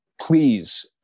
please